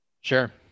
Sure